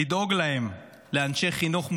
לדאוג להם לאנשי חינוך מוסמכים,